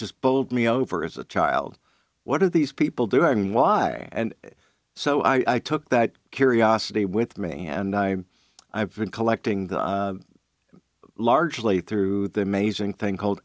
just bowled me over as a child what are these people doing why and so i took that curiosity with me and i i've been collecting the largely through the amazing thing called